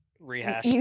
rehash